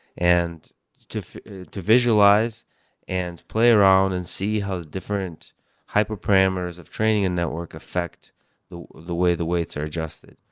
and to to visualize and play around and see how different hyper parameters of training a and network affect the the way the waits are adjusted.